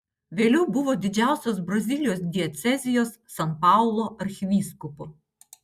vėliau buvo didžiausios brazilijos diecezijos san paulo arkivyskupu